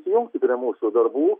prisijungti prie mūsų darbų